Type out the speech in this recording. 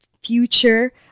Future